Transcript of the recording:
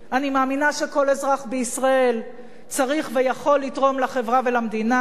אני מאמינה שכל אזרח בישראל צריך ויכול לתרום לחברה ולמדינה,